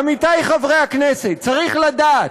עמיתי חברי הכנסת, צריך לדעת,